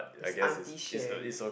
is auntie Sherley